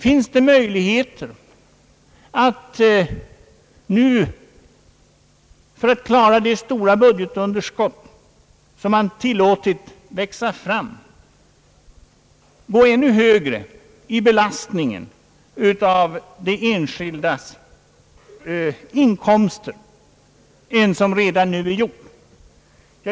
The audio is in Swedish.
Finns det möjligheter att nu, för att klara det stora budgetunderskott som man har tillåtit växa fram, gå ännu högre i belastningen av de enskildas inkomster än som redan är gjort?